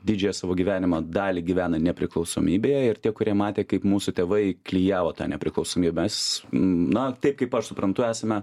didžiąją savo gyvenimo dalį gyvena nepriklausomybėje ir tie kurie matė kaip mūsų tėvai klijavo tą nepriklausomybę mes na kaip aš suprantu esame